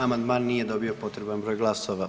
Amandman nije dobio potreban broj glasova.